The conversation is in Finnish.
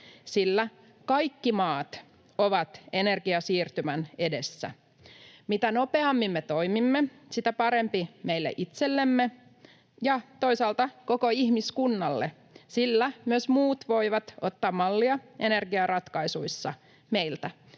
sillä kaikki maat ovat energiasiirtymän edessä. Mitä nopeammin me toimimme, sitä parempi meille itsellemme ja toisaalta koko ihmiskunnalle, sillä myös muut voivat ottaa mallia energiaratkaisuissa meiltä.